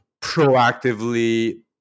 proactively